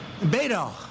Beto